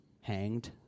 hanged